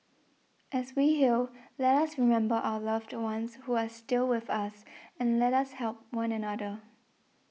as we heal let us remember our loved ones who are still with us and let us help one another